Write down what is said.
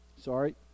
Sorry